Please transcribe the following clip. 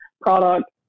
product